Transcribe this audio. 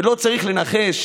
ולא צריך לנחש,